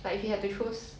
but if you had to choose